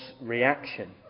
reaction